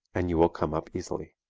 and you will come up easily.